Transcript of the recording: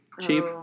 cheap